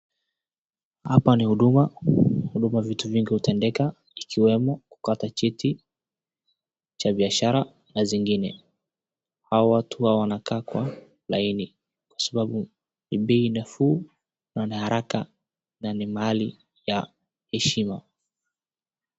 Hapa ni Huduma. Huduma vitu mingi hutendeka ikiwemo kukata cheti cha biashara na zingine. Hawa watu huwa wanakaa kwa laini kwa sababu ni bei nafuu, pana haraka na ni mahali ya heshima.